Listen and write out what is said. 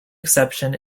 exception